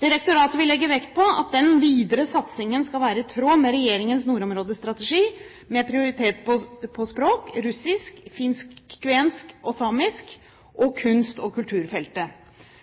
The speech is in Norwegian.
Direktoratet vil legge vekt på at den videre satsingen skal være i tråd med regjeringens nordområdestrategi, med prioritet på språk – russisk, finsk/kvensk og samisk – og kunst- og kulturfeltet.